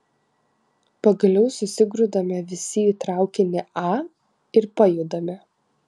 pagaliau susigrūdame visi į traukinį a ir pajudame